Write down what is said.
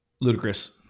Ludicrous